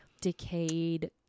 decayed